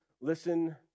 listen